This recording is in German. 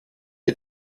ihr